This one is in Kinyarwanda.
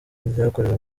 ryakorewe